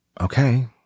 okay